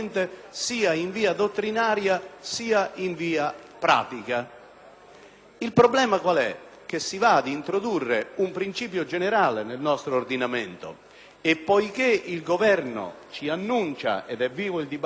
Il problema qual è? Che si va ad introdurre un principio generale nel nostro ordinamento e poiché il Governo ci annuncia - ed è vivo il dibattito politico al riguardo - un pacchetto giustizia complessivo